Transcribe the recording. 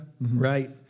right